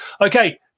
okay